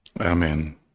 Amen